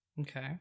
okay